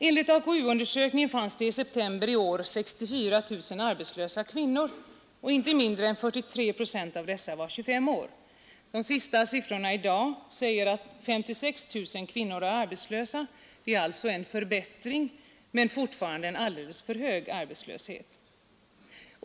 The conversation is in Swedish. Enligt AKU-undersökningen fanns det i september i år 64 000 arbetslösa kvinnor, och inte mindre än 43 procent av dessa var under 25 år. Siffrorna i dag säger att 56 000 är arbetslösa. Det är en förbättring men fortfarande en alldeles för hög arbetslöshet.